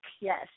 yes